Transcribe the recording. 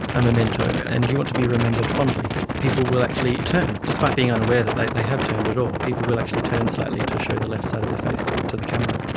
a memento, and you want to be remembered fondly. people will actually turn, despite being unaware that like they have turned at all, people will actually turn slightly to show the left side of their face to the camera.